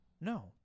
No